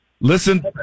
Listen